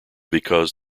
because